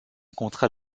contrat